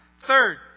Third